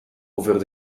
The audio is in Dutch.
over